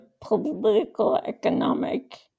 political-economic